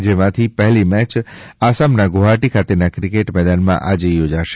જેમાંથી પહેલી મેચ આસામના ગુવહાટી ખાતેના ક્રિકેટ મેદાનમાં આજે યોજાશે